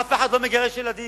אף אחד לא מגרש ילדים.